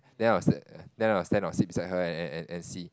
then I was then I was stand or sit beside her and and and see